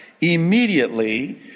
immediately